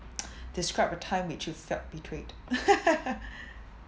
describe a time which you felt betrayed